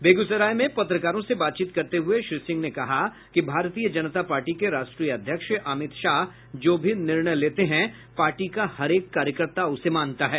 बेगूसराय में पत्रकारों से बातचीत करते हुए श्री सिंह ने कहा कि भारतीय जनता पार्टी के राष्ट्रीय अध्यक्ष अमित शाह जो भी निर्णय लेते हैं पार्टी का हरेक कार्यकर्ता उसे मानता है